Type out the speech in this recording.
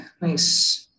nice